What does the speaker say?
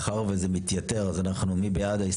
מי בעד?